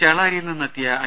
ചേളാരിയിൽ നിന്നെത്തിയ ഐ